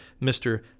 Mr